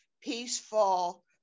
peaceful